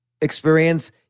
experience